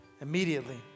immediately